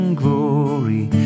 glory